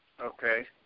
Okay